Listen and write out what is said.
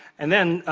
and then,